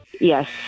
Yes